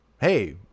hey